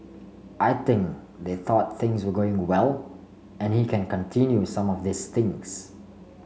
I think they thought things were going well and he can continue some of these things